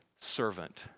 servant